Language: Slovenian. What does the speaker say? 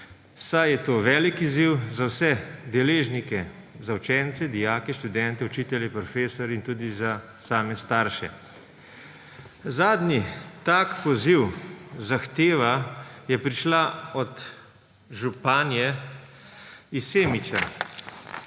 saj je to velik izziv za vse deležnike, za učence, dijake, študente, učitelje, profesorje in tudi za same starše. Zadnji tak poziv, zahteva je prišla od županje iz Semiča,